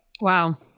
Wow